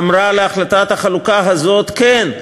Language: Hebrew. אמרה להחלטת החלוקה הזאת כן.